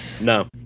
No